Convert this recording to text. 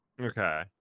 Okay